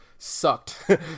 sucked